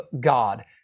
God